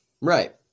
Right